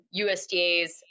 USDA's